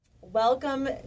Welcome